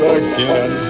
again